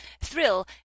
thrill